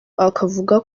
akavuga